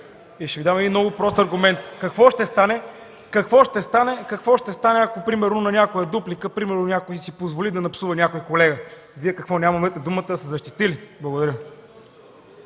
Ще Ви дам един много прост аргумент: какво ще стане, ако примерно на някоя дуплика някой си позволи да напсува някой колега? Вие какво, няма да му дадете думата да се защити ли? Благодаря.